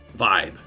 vibe